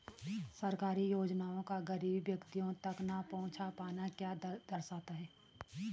सरकारी योजनाओं का गरीब व्यक्तियों तक न पहुँच पाना क्या दर्शाता है?